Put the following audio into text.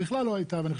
בכלל לא הייתה,